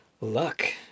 luck